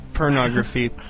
Pornography